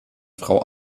frau